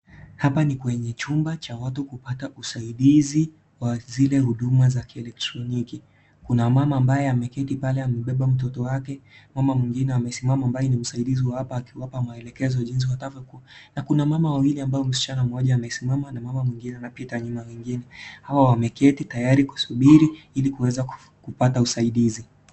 Hapa ni kwenye chumba cha watu kupata usaidizi wa zile huduma za kielektroniki. Kuna mama ambaye ameketi pale amebeba mtoto wake, mama mwingine amesimama ambaye ni msaidizi wa hapa akiwapa maelekezo ya jinsi watavyokua. Na kuna mama wawili ambao msichana mmoja amesimama na mama mwingine anapita nyuma ya mwingine. Hawa wameketi tayari kusubiri ili kuweza kupata usaidizi.